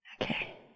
Okay